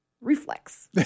reflex